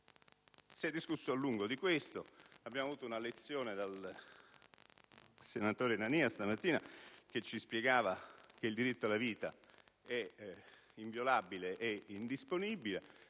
Si è discusso a lungo di tale aspetto. Stamattina abbiamo avuto una lezione dal senatore Nania, che ci spiegava che il diritto alla vita è inviolabile e indisponibile